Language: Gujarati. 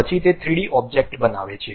પછી તે 3D ઑબ્જેક્ટ બનાવે છે